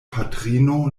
patrino